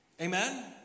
Amen